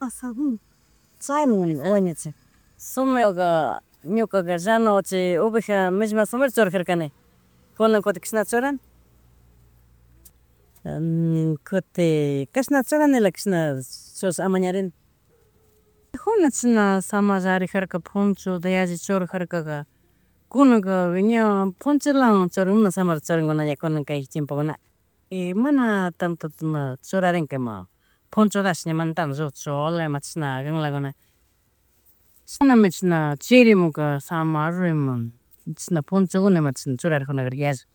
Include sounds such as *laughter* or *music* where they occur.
*hesitation* Asadonwan chaywan *unintelligible* sombreroka ñukakaka llano chiy oveja millma sombrero churajarkane, *noise* kunan kutin kashna churani *noise* *hesitation* kutin *hesitation* kashnata churanilaka kashna churash amañarene. Kunan chashna *hesitation* samarrarijarka ponchota yalli churajarkaga, kunanka ña, poncholawan churan, na samarrota charigunanka ña kunan kay tiempokunaka y mana tanto chishna churarencka ima ponchotashi mana tanto lluchola ima chishna ganlakuna. Chishnami, chisna *hesitation* chirimunka, samarro ima *noise* chishna punchokuna ima chshna churarijuna karka yalli